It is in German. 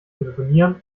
telefonieren